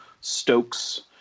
Stokes